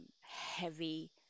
heavy